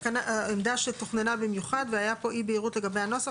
העמדה שתוכננה במיוחד והיה פה אי בהירות לגבי הנוסח,